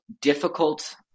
difficult